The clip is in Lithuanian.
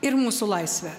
ir mūsų laisve